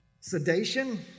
sedation